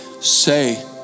say